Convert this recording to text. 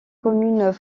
communes